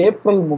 April